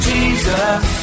Jesus